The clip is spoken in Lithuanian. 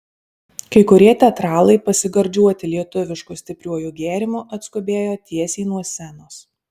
kai kurie teatralai pasigardžiuoti lietuvišku stipriuoju gėrimu atskubėjo tiesiai nuo scenos